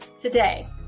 Today